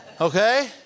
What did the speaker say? okay